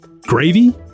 gravy